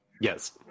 Yes